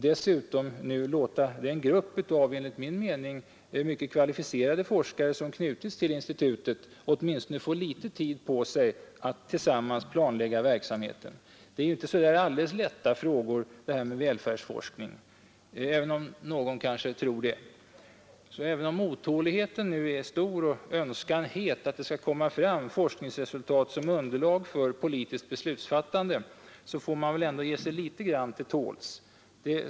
Dessutom bör man nu låta den grupp av, enligt min mening, mycket kvalificerade forskare som knutits till institutet åtminstone få någon tid på sig att tillsammans planlägga verksamheten. Det är inte så alldeles lätta frågor som välfärdsforskningen sysslar med, om någon kanske tror det. Även om otåligheten är stor och önskan het att det skall komma fram forskningsresultat som underlag för politiskt beslutsfattande, får man väl ändå ge sig till tåls något.